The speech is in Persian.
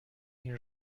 این